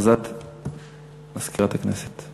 הכרזת מזכירת הכנסת.